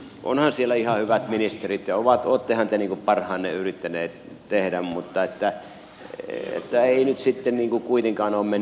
onhan siellä ihan hyvät ministerit ja olettehan te parhaanne yrittäneet tehdä mutta ei nyt kuitenkaan ole mennyt ihan putkeen